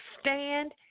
stand